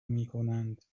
میکنند